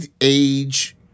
age